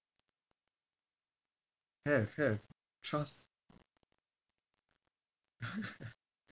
have have trust